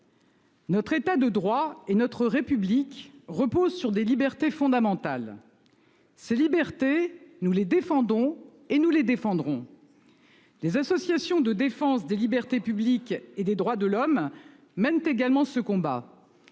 Notre État de droit et notre République reposent sur des libertés fondamentales. Ces libertés, nous les défendons et nous les défendrons. Les associations de défense des libertés publiques et des droits de l'homme mènent également ce combat,